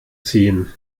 ziehen